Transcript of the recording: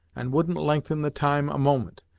and wouldn't lengthen the time a moment,